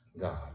God